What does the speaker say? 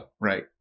Right